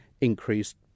increased